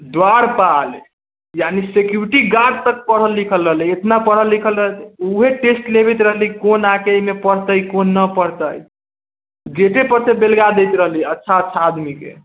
द्वारपाल यानी security guard तक पढ़ल लिखल रहलै इतना पढ़ल लिखल ऊहे टेस्ट लेबैत रहलै कोन आके एमे पढ़तै कोन न पढ़तै गेटे पर से बेलगा दैत रहलै अच्छा अच्छा आदमी के